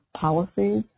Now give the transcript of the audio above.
policies